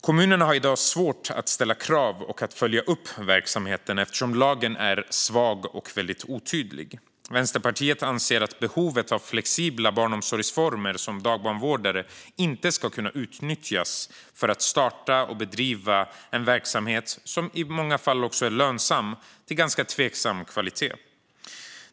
Kommunerna har i dag svårt att ställa krav och följa upp verksamheten eftersom lagen är svag och väldigt otydlig. Vänsterpartiet anser att behovet av flexibla barnomsorgsformer som dagbarnvårdare inte ska kunna utnyttjas för att starta och bedriva verksamhet av ganska tveksam kvalitet som i många fall också är lönsam.